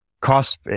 cost